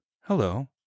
hello